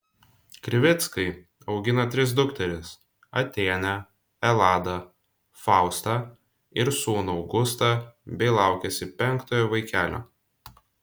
krivickai augina tris dukteris atėnę eladą faustą ir sūnų augustą bei laukiasi penktojo vaikelio